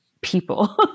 people